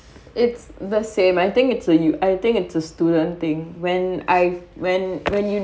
it's the same I think it's a u~ I think it's a student thing when I when when you